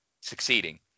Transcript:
succeeding